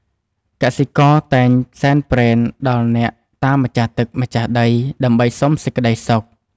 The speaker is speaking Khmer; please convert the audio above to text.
កសិករតែងសែនព្រេនដល់អ្នកតាម្ចាស់ទឹកម្ចាស់ដី ដើម្បីសុំសេចក្តីសុខ។